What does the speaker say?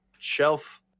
shelf